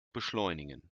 beschleunigen